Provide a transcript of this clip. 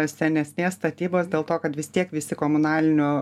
senesnės statybos dėl to kad vis tiek visi komunalinių